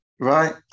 Right